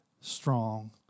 strong